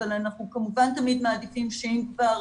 אבל אנחנו כמובן תמיד מעדיפים שאם כבר